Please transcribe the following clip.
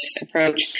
approach